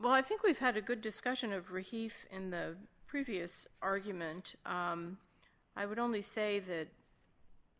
well i think we've had a good discussion of received in the previous argument i would only say that